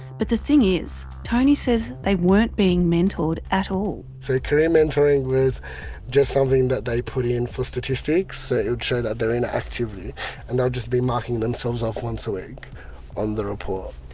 but the thing is, tony says they weren't being mentored at all. so career mentoring was just something that they put in for statistics so it would show that they're in an activity and they'll just be marking themselves off once a week on the report.